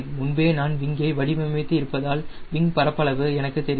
முன்பே நான் விங்கை வடிவமைத்து இருப்பதால் விங் பரப்பளவு எனக்கு தெரியும்